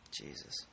Jesus